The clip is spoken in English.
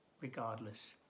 regardless